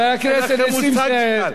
חבר הכנסת נסים זאב,